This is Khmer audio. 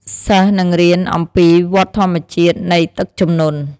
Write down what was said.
សិស្សនឹងរៀនអំំពីវដ្ដធម្មជាតិនៃទឹកជំនន់។